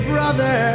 Brother